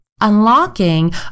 unlocking